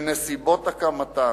שנסיבות הקמתן,